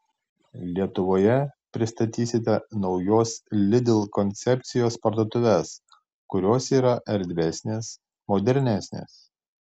lietuvoje pristatysite naujos lidl koncepcijos parduotuves kurios yra erdvesnės modernesnės